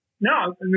no